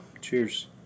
cheers